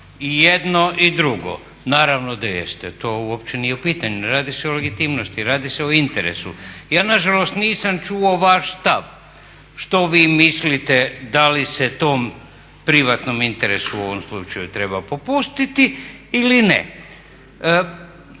i jedno i drugo, naravno da jeste to uopće nije u pitanju, ne radi se o legitimnosti radi se o interesu. Ja nažalost nisam čuo vaš stav što vi mislite da li se tom privatnom interesu u ovom slučaju treba popustiti ili ne?